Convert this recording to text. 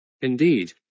Indeed